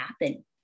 happen